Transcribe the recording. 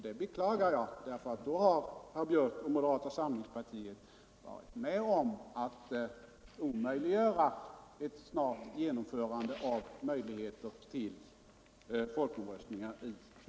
Det beklagar jag, eftersom herr Björck och moderata samlingspartiet då kommer att ha varit med om att omöjliggöra ett snabbt förverkligande av möjligheter till folkomröstningar i grundlagsfrågor.